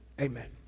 Amen